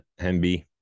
Hemby